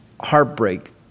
heartbreak